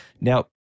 Now